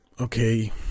okay